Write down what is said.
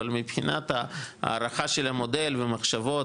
אבל מבחינת הערכה של המודל ומחשבות,